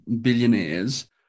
billionaires